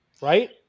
right